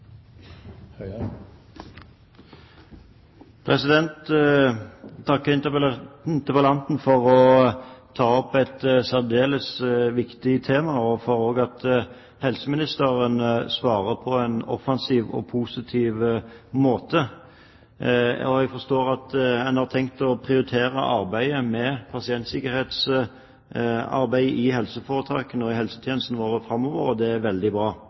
interpellanten for å ta opp et særdeles viktig tema og for at helseministeren svarer på en offensiv og positiv måte. Jeg forstår at man har tenkt å prioritere arbeidet med pasientsikkerheten i helseforetakene og i helsetjenestene våre framover, og det er veldig bra.